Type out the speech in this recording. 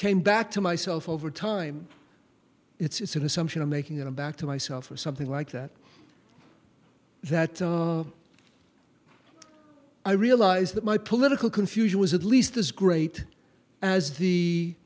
came back to myself over time it's an assumption i'm making a back to myself or something like that that i realized that my political confusion was at least as great as the